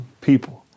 people